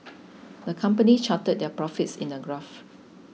the company charted their profits in a graph